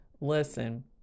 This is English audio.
Listen